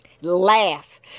laugh